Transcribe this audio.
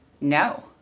no